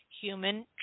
Human